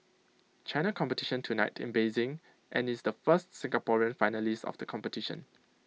China competition tonight in Beijing and is the first Singaporean finalist of the competition